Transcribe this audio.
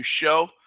show